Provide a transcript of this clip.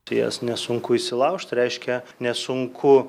į jas nesunku įsilaužt reiškia nesunku